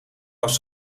was